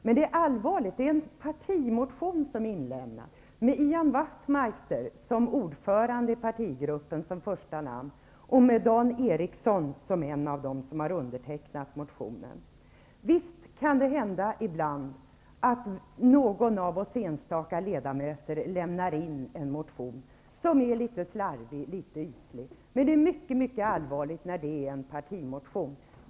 Men här är det en partimotion med Ian Wachtmeister, ordförande i partigruppen, som första namn, och Dan Erikson är en av dem som har skrivit under motionen. Visst kan det hända ibland att någon av oss som enskilda ledamöter lämnar in en motion som är litet slarvig, litet ytlig, men det är mycket mycket allvarligt när det är en partimotion.